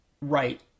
right